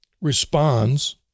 responds